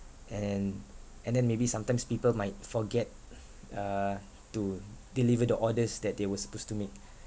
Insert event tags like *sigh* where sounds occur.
and and then maybe sometimes people might forget *noise* uh to deliver the orders that they were supposed to make